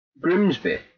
Grimsby